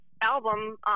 album